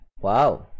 Wow